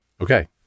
Okay